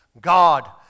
God